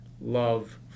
love